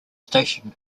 station